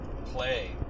Play